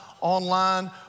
online